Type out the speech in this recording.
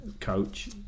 coach